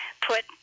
put